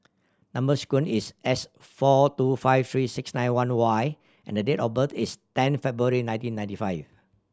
number sequence is S four two five three six nine one Y and date of birth is ten February nineteen ninety five